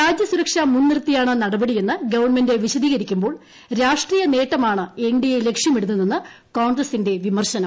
രാജ്യ മുൻനിർത്തിയാണ് നടപടിയെന്ന് ഗവൺമെന്റ് സുരക്ഷ വിശദീകരിക്കുമ്പോൾ രാഷ്ട്രീയ നേട്ടമാണ് എൻ ഡി എ ലക്ഷ്യമിടുന്നതെന്ന് കോൺഗ്രസിന്റെ വിമർശനം